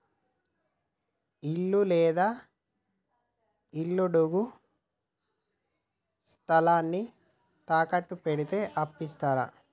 ఇల్లు లేదా ఇళ్లడుగు స్థలాన్ని తాకట్టు పెడితే అప్పు ఇత్తరా?